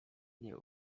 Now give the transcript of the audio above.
nie